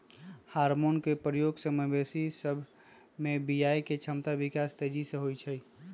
hormone के प्रयोग से मवेशी सभ में बियायके क्षमता विकास तेजी से होइ छइ